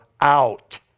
out